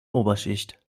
oberschicht